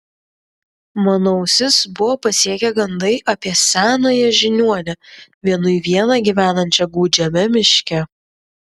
mano ausis buvo pasiekę gandai apie senąją žiniuonę vienui vieną gyvenančią gūdžiame miške